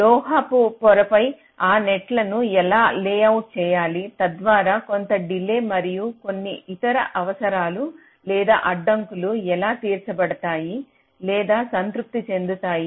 లోహపు పొరపై ఆ నెట్లను ఎలా లేఅవుట్ చేయాలి తద్వారా కొంత డిలే మరియు కొన్ని ఇతర అవసరాలు లేదా అడ్డంకులు ఎలా తీర్చబడతాయి లేదా సంతృప్తి చెందుతాయి